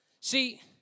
See